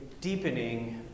deepening